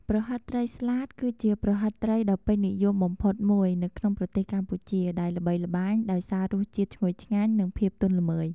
ប្រហិតត្រីស្លាត គឺជាប្រហិតត្រីដ៏ពេញនិយមបំផុតមួយនៅក្នុងប្រទេសកម្ពុជា ដែលល្បីល្បាញដោយសាររសជាតិឈ្ងុយឆ្ងាញ់ និងភាពទន់ល្មើយ។